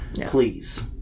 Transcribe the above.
please